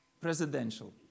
Presidential